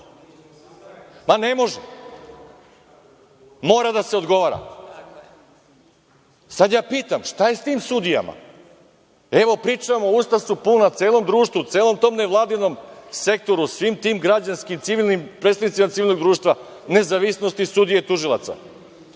Ne može. Mora da se odgovara. Sada ja pitam, šta je sa tim sudijama? Evo, pričamo, usta su puna celom društvu, celom tom nevladinom sektoru, svim tim građanskim, predstavnicima civilnog društva, nezavisnosti sudije i tužilaca,